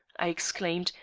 i exclaimed,